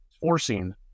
forcing